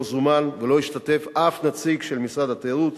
זומן ולא השתתף בה אף נציג של משרד התיירות,